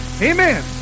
Amen